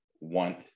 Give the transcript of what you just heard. want